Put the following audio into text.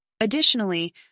Additionally